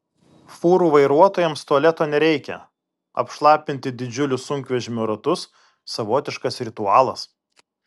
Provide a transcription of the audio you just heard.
fūrų vairuotojams tualeto nereikia apšlapinti didžiulius sunkvežimio ratus savotiškas ritualas